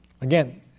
Again